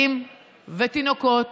תינוקות